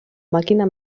màquina